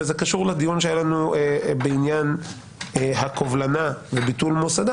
וזה קשור לדיון שהיה לנו בעניין ביטול מוסד הקובלנה